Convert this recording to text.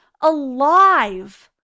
alive